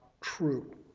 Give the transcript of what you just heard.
true